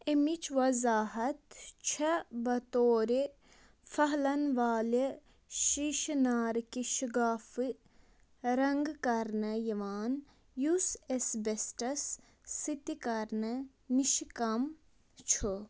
اَمِچ وضاحت چھےٚ بطور پھٔہلن والہِ شیٖشہٕ ناركہِ شِگافہٕ رنٛگہٕ كرنہٕ یِوان یُس اٮ۪سبسٹس سٕتہِ كرنہٕ نِشہِ كم چھُ